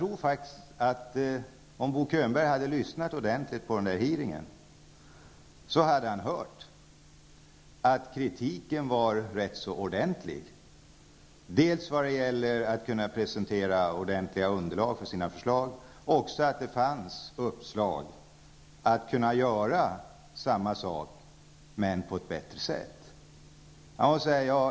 Om Bo Könberg hade lyssnat ordentligt på hearingen hade han hört dels att kritiken var rätt stark vad gäller att kunna presentera ett ordentligt underlag för förslagen, dels att det fanns uppslag om att göra samma sak men på ett bättre sätt.